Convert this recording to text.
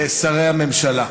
שרי הממשלה,